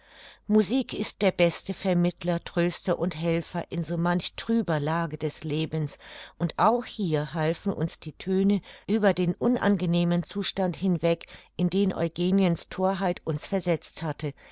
musik ist der beste vermittler tröster und helfer in so manch trüber lage des lebens und auch hier halfen uns die töne über den unangenehmen zustand hinweg in den eugeniens thorheit uns versetzt hatte